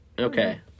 okay